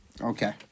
Okay